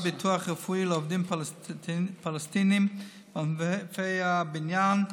ביטוח רפואי לעובדים פלסטינים בענפי הבניין,